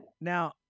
Now